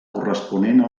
corresponent